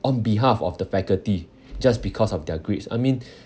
on behalf of the faculty just because of their grades I mean